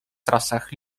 trasach